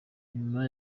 nyuma